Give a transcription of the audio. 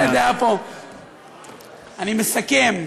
אני מסכם,